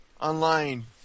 online